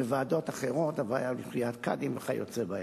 הוועדה לבחירת קאדים וכיוצא באלה.